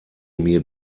mir